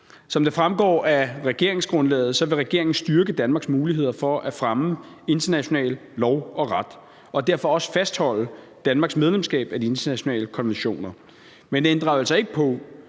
Som det fremgår af regeringsgrundlaget, vil regeringen styrke Danmarks muligheder for at fremme international lov og ret og derfor også fastholde Danmarks medlemskab af de internationale konventioner. Men det ændrer altså ikke på,